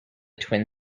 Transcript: twin